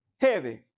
Heavy